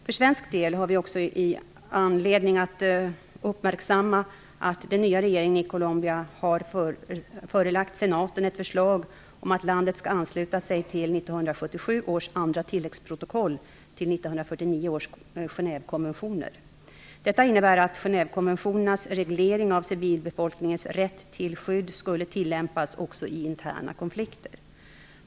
För svensk del har vi också anledning att uppmärksamma att den nya regeringen i Colombia har förelagt senaten ett förslag om att landet skall ansluta sig till 1977 års andra tilläggsprotokoll till 1949 års Genèvekonventioner. Detta innebär att Genèvekonventionernas reglering av civilbefolkningens rätt till skydd skulle tillämpas också i interna konflikter.